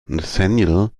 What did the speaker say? nathanael